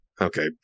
Okay